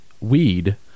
weed